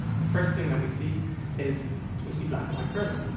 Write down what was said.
the first thing that we see is we see black-and-white curbing,